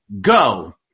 Go